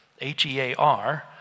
H-E-A-R